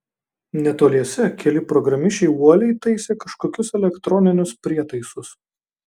netoliese keli programišiai uoliai taisė kažkokius elektroninius prietaisus